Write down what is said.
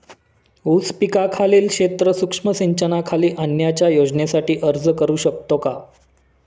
ऊस पिकाखालील क्षेत्र सूक्ष्म सिंचनाखाली आणण्याच्या योजनेसाठी अर्ज करू शकतो का?